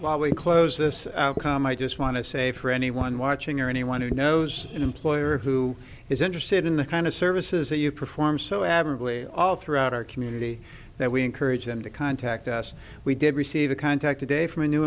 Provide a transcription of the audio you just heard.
while we close this calm i just want to say for anyone watching or anyone who knows an employer who is interested in the kind of services that you perform so admirably all throughout our community that we encourage them to contact us we did receive a contact today from a new